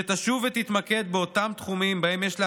שתשוב ותתמקד באותם תחומים שבהם יש לה